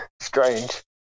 Strange